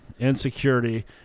insecurity